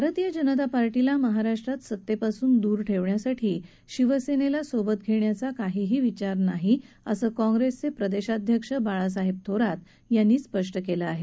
भारतीय जनता पक्षाला सत्तेपासून दूर ठेवण्यासाठी शिवसेनेला सोबत घेण्याचा काहीही विचार नाही असं काँग्रेसचे प्रदेशाध्यक्ष बाळासाहेब थोरात यांनी स्पष्ट केलं आहे